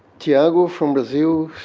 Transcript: tiago from brazil,